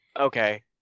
Okay